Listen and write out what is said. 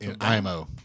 IMO